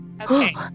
Okay